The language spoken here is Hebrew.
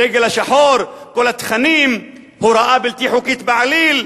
הדגל השחור, כל התכנים, הוראה בלתי חוקית בעליל.